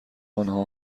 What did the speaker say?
آنها